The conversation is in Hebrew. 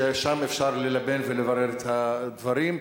ששם אפשר ללבן ולברר את הדברים.